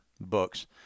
books